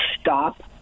stop